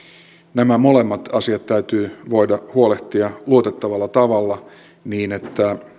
nämä molemmat asiat täytyy voida huolehtia luotettavalla tavalla niin että